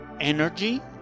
energy